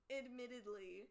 admittedly